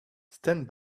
stand